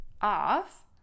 off